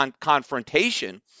confrontation